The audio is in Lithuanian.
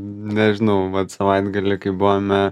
nežinau vat savaitgalį kai buvome